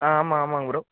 ஆ ஆமாம் ஆமாங்க ப்ரோ